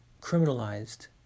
criminalized